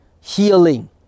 healing